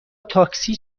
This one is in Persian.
تاکسی